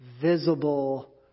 visible